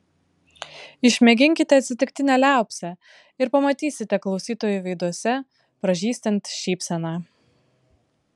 išmėginkite atsitiktinę liaupsę ir pamatysite klausytojų veiduose pražystant šypseną